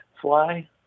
fly